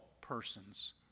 persons